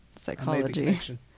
Psychology